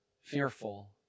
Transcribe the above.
fearful